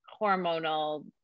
hormonal